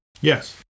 Yes